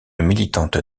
militante